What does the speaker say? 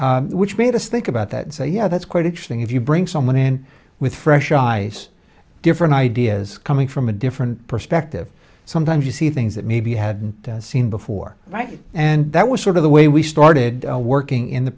field which made us think about that and say yeah that's quite interesting if you bring someone in with fresh eyes different ideas coming from a different perspective sometimes you see things that maybe hadn't seen before and that was sort of the way we started working in the